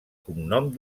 cognom